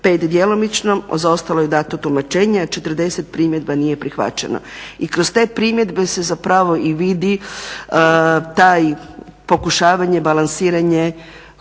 5 djelomično, za ostalo je dato tumačenje a 40 primjedbi nije prihvaćeno. I kroz te primjedbe se zapravo i vidi to pokušavanje, balansiranje